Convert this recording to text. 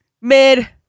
mid